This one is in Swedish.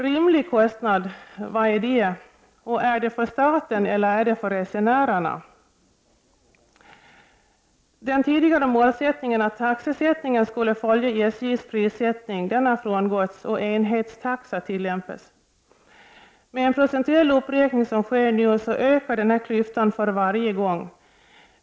Rimlig kostnad, vad är det och gäller det för staten eller för resenärerna? Den tidigare målsättningen att taxesättningen skulle följa SJ:s prissättning har frångåtts och enhetstaxa tillämpas. Med en procentuell uppräkning som sker nu ökar klyftan för varje gång.